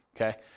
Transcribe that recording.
Okay